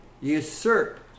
usurp